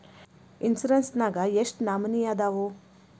Insurance ನ್ಯಾಗ ಎಷ್ಟ್ ನಮನಿ ಅದಾವು?